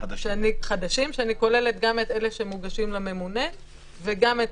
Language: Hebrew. אני כוללת בזה גם את אלה שמוגשים לממונה וגם את